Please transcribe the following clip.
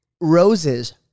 roses